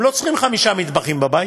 הם לא צריכים חמישה מטבחים בבית.